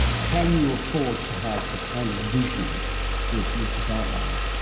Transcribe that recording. can you afford to have the kind of vision that you've just outlined?